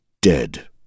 dead